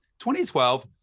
2012